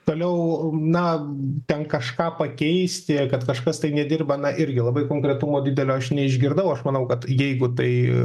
toliau na ten kažką pakeisti kad kažkas tai nedirba na irgi labai konkretumo didelio aš neišgirdau aš manau kad jeigu tai